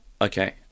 Okay